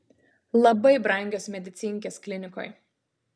labai brangios medicinkės klinikoj